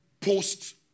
Post